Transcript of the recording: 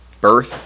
birth